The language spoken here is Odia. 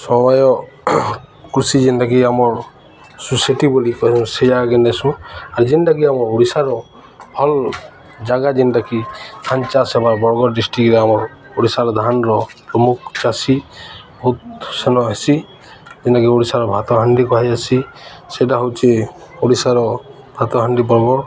ସମୟ କୃଷି ଯେନ୍ତାକିି ଆମର୍ ବୋଲି କହେ ସେ ନେସୁ ଆର୍ ଯେନ୍ତାକିି ଆମର ଓଡ଼ିଶାର ଭଲ୍ ଜାଗା ଯେନ୍ତାକିି ଧାନ ଚାଷ ବା ବରଗଡ଼୍ ଡିଷ୍ଟ୍ରିକ୍ର ଆମର ଓଡ଼ିଶାର ଧାନର ପ୍ରମୁଖ ଚାଷୀ ବହୁତ ସେନ ହେସି ଯେନ୍ତାକିି ଓଡ଼ିଶାର ଭାତହାଣ୍ଡି କୁହାଯାସି ସେଇଟା ହେଉଛି ଓଡ଼ିଶାର ଭାତହାଣ୍ଡି ବରଗଡ଼୍